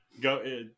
Go